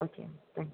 okay ma'am thank you